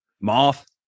Moth